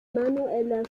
manueller